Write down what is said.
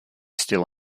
still